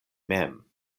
mem